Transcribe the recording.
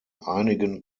einigen